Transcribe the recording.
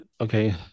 Okay